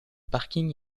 parking